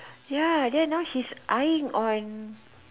ya then now she's eyeing on